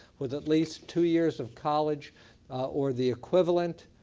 with at least two years of college or the equivalent.